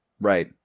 Right